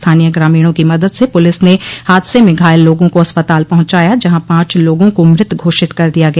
स्थानीय ग्रामीणों की मदद से पुलिस ने हादसे में घायल लोगों को अस्पताल पहुॅचाया जहां पांच लोगों का मृत घोषित कर दिया गया